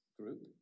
group